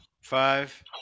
Five